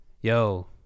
yo